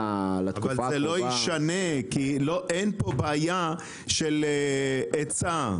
זה לא ישנה, כי אין פה בעיה של היצע.